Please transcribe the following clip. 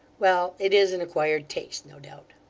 well! it is an acquired taste, no doubt